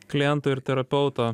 kliento ir terapeuto